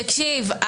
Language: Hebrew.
תקשיב,